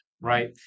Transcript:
right